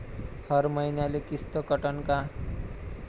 हर मईन्याले किस्त कटन का?